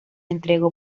entregó